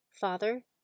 Father